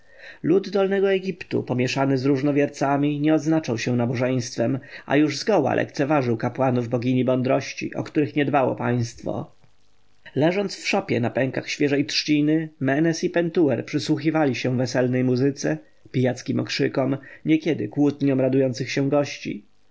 lud dolnego egiptu pomieszany z różnowiercami nie odznaczał się nabożeństwem a już zgoła lekceważył kapłanów bogini mądrości o których nie dbało państwo leżąc w szopie na pękach świeżej trzciny menes i pentuer przysłuchiwali się weselnej muzyce pijackim okrzykom niekiedy kłótniom radujących się gości